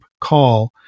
call